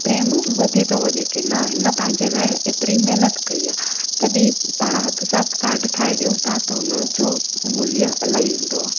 प्रेम वधी थो वञे की न हिन पंहिंजे लाइ हेतिरी महिनत कई आहे तॾहिं पाण हथ सां कार्ड ठाहे ॾियूं था त उन जो मूल्य इलाही हूंदो आहे